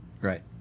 Right